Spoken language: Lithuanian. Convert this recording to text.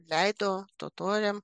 leido totoriam